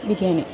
biryani